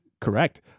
correct